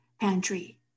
pantry